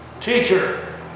Teacher